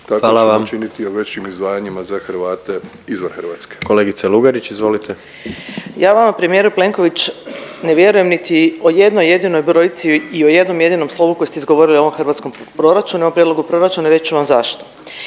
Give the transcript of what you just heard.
tako ćemo činiti i u većim izdvajanjima za Hrvate izvan Hrvatske. **Jandroković, Gordan (HDZ)** Kolegice Lugarić izvolite. **Lugarić, Marija (SDP)** Ja vama premijeru Plenković, ne vjerujem niti o jednoj jedinoj brojci i o jednom jedinom slovu koji ste izgovorili o ovom hrvatskom proračunu, ovom prijedlogu proračuna, reći ću vam zašto.